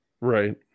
Right